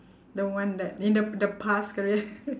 the one that in the the past career